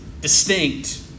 distinct